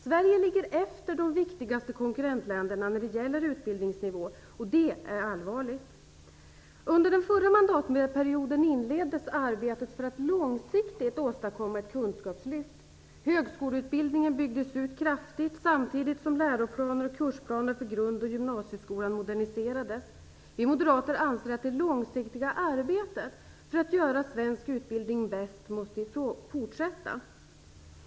Sverige ligger efter de viktigaste konkurrentländerna när det gäller utbildningsnivå, och det är allvarligt. Under den förra mandatperioden inleddes arbetet för att långsiktigt åstadkomma ett kunskapslyft. Högskoleutbildningen byggdes ut kraftigt samtidigt som läroplaner och kursplaner för grund och gymnasieskolan moderniserades. Vi moderater anser att det långsiktiga arbetet för att göra svensk utbildning bäst måste fortsätta.